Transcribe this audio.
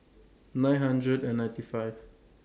nine hundred and ninety five